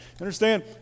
Understand